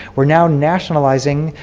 we are now nationalizing,